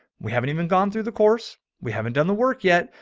we haven't even gone through the course. we haven't done the work yet,